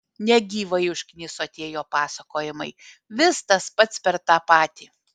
negyvai užkniso tie jo pasakojimai vis tas pats per tą patį